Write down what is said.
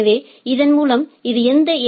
எனவே இதன் மூலம் இது எந்த ஏ